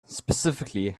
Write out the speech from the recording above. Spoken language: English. specifically